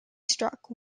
struck